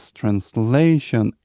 translation